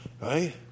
Right